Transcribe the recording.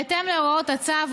בהתאם להוראות הצו,